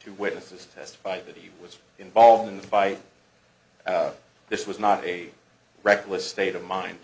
two witnesses testify that he was involved in the fight this was not a reckless state of mind